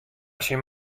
tsjin